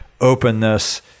openness